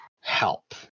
help